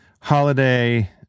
holiday